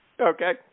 Okay